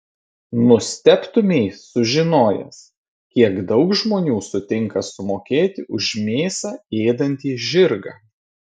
nustebtumei sužinojęs kiek daug žmonių sutinka sumokėti už mėsą ėdantį žirgą